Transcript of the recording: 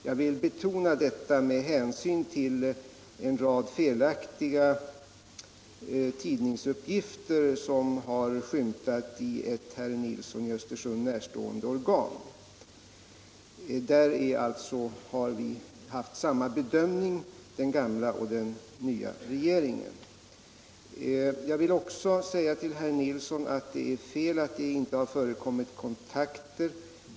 Jag vill betona detta med hänsyn till en rad felaktiga tidningsuppgifter som har skymtat i ett herr Nilsson i Östersund närstående organ. Den gamla regeringen hade alltså samma bedömning som den nya regeringen har. Påståendet att det inte har förekommit några kontakter är felaktigt.